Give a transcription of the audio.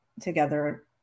together